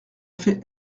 fais